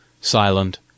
silent